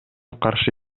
каршы